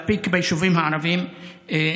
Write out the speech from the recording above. אחרי הפיק ביישובים הערבים.